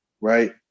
Right